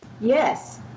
yes